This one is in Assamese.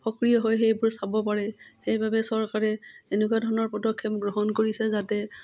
সক্ৰিয় হৈ সেইবোৰ চাব পাৰে সেইবাবে চৰকাৰে এনেকুৱা ধৰণৰ পদক্ষেপ গ্ৰহণ কৰিছে যাতে